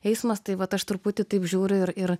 eismas tai vat aš truputį taip žiūriu ir ir